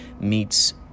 meets